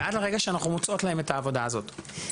ועד לרגע שאנחנו מוצאות להן את העבודה הזאת.